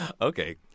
Okay